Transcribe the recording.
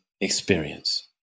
experience